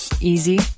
easy